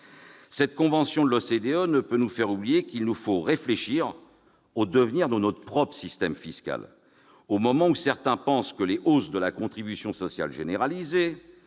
Cette convention de l'OCDE ne peut nous faire oublier qu'il nous faut réfléchir au devenir de notre propre système fiscal, au moment où certains pensent que les hausses de la contribution sociale généralisée,